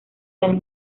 del